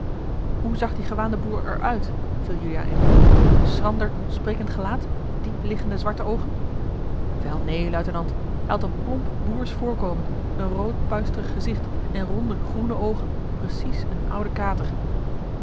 hoe zag die gewaande boer er uit viel juliaan in een schrander sprekend gelaat diep liggende zwarte oogen wel neen luitenant hij had een plomp boersch voorkomen een rood puisterig gezicht en ronde groene oogen precies een oude kater